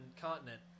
continent